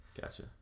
Gotcha